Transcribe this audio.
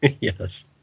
Yes